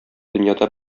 дөньяда